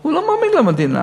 הוא לא מאמין למדינה.